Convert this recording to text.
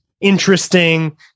interesting